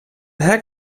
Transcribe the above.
hek